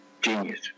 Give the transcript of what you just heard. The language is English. genius